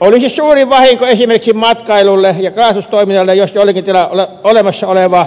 olisi suuri vahinko esimerkiksi matkailulle ja kalastustoiminnalle jos jollakin tilalla olemassa oleva